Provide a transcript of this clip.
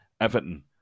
Everton